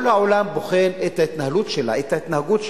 כל העולם בוחן את ההתנהלות שלה, את ההתנהגות שלה,